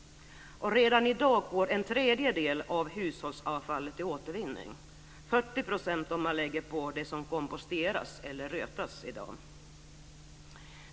Redan i dag går en tredjedel av hushållsavfallet till återvinning - 40 % om man lägger på det som komposteras eller rötas i dag.